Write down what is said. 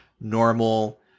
normal